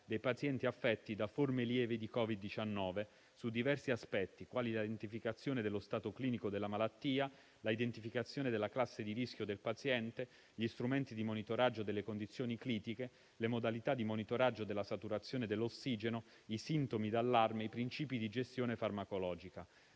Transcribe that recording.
dei pazienti affetti da forme lievi di Covid-19 su diversi aspetti, quali l'identificazione dello stato clinico della malattia, l'identificazione della classe di rischio del paziente, gli strumenti di monitoraggio delle condizioni critiche, le modalità di monitoraggio della saturazione dell'ossigeno, i sintomi di allarme, i principi di gestione farmacologica.